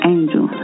Angel